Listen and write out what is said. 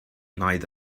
night